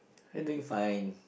everything fine